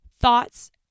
thoughts